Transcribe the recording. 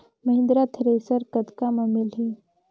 Mahindra thresher कतका म मिलही?